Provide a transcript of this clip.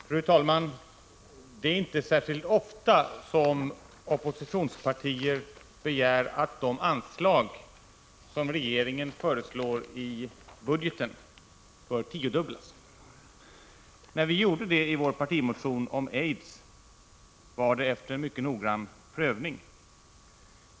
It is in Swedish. Fru talman! Det är inte särskilt ofta som oppositionspartier begär att de anslag som regeringen föreslår i budgetpropositionen bör tiodubblas. När vi gjorde det i vår partimotion om aids var det efter mycket noggrann prövning.